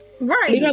Right